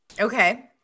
Okay